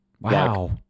Wow